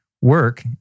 work